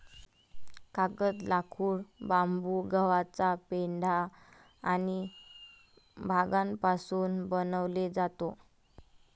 कागद, लाकूड, बांबू, गव्हाचा पेंढा आणि भांगापासून बनवले जातो